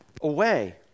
away